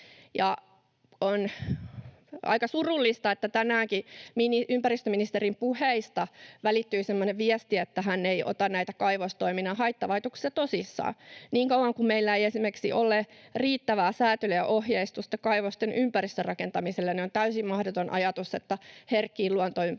On aika surullista, että tänäänkin ympäristöministerin puheista välittyi semmoinen viesti, että hän ei ota näitä kaivostoiminnan haittavaikutuksia tosissaan. Niin kauan kun meillä ei esimerkiksi ole riittävää säätelyä ja ohjeistusta kaivosten ympäristörakentamiselle, on täysin mahdoton ajatus, että herkkiin luontoympäristöihin